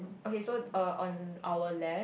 okay so uh on our left